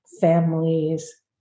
families